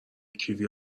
کیوی